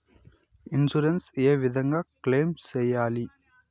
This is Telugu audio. ఇన్సూరెన్సు ఏ విధంగా క్లెయిమ్ సేయాలి?